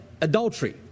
adultery